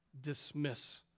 dismiss